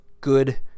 good